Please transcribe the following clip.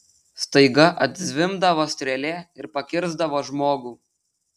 staiga atzvimbdavo strėlė ir pakirsdavo žmogų